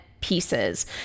pieces